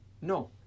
No